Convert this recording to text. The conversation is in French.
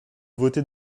voter